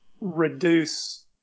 reduce